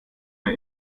mir